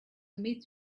meet